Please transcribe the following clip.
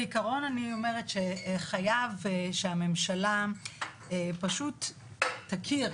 בעיקרון אני אומרת שחייב שהממשלה פשוט תכיר